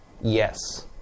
Yes